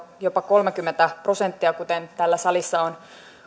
jopa kolmekymmentä prosenttia kuten täällä salissa on